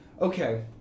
okay